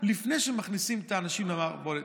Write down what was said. לפני שמכניסים את האנשים למערבולת.